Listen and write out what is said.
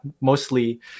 mostly